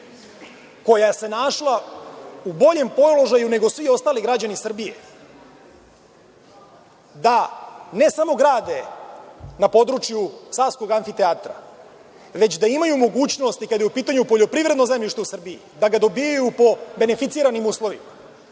koja se našla u boljem položaju nego svi ostali građani Srbije da ne samo grade na području Savskog amfiteatra, već da imaju mogućnost i kada je u pitanju poljoprivredno zemljište u Srbiji da ga dobijaju po beneficiranim uslovima